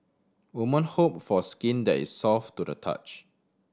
woman hope for skin that is soft to the touch